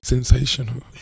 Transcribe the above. Sensational